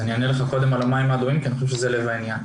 אז אני אענה לך קודם על המים האדומים כי אני חושב שזה לב העניין.